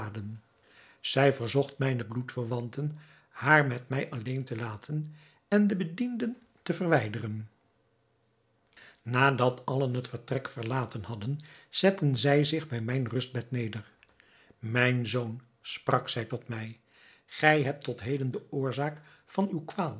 zij verzocht mijne bloedverwanten haar met mij alleen te laten en de bedienden te verwijderen nadat allen het vertrek verlaten hadden zette zij zich bij mijn rustbed neder mijn zoon sprak zij tot mij gij hebt tot heden de oorzaak van uwe